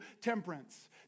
temperance